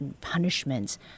punishments